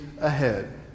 ahead